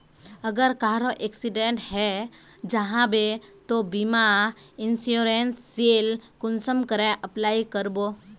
अगर कहारो एक्सीडेंट है जाहा बे तो बीमा इंश्योरेंस सेल कुंसम करे अप्लाई कर बो?